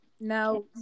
Now